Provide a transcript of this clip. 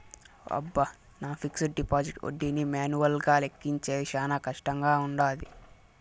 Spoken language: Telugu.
అబ్బ, నా ఫిక్సిడ్ డిపాజిట్ ఒడ్డీని మాన్యువల్గా లెక్కించేది శానా కష్టంగా వుండాది